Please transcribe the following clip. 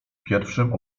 pierwszym